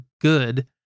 good